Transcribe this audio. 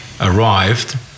arrived